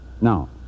Now